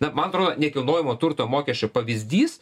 na man atrodo nekilnojamo turto mokesčio pavyzdys